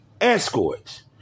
escorts